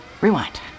Rewind